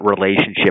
relationship